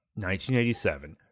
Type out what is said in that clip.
1987